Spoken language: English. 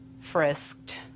frisked